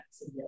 Yes